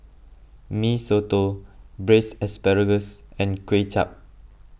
Mee Soto Braised Asparagus and Kway Chap